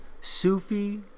Sufi